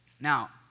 Now